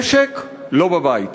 נשק, לא בבית.